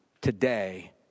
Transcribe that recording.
today